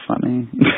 funny